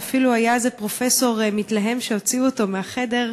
ואפילו היה איזה פרופסור מתלהם שהוציאו אותו מהחדר,